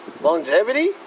Longevity